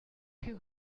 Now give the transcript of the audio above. two